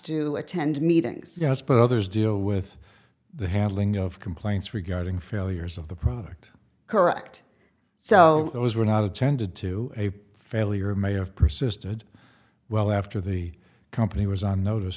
attend meetings yes but others deal with the handling of complaints regarding failures of the product correct so those were not attended to a failure may have persisted well after the company was on notice